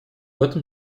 этом